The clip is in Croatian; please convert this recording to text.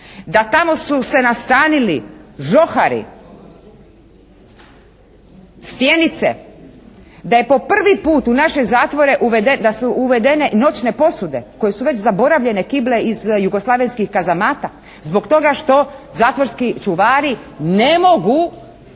da tamo su se nastanili žohari, stjenice, da je po prvi puta u naše zatvore da su uvedene noćne posude koje su već zaboravljene kible iz jugoslavenskih kazamata, zbog toga što zatvorski čuvari ne mogu